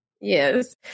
Yes